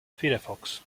firefox